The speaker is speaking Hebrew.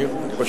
ודאי, אני חושב.